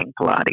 Pilates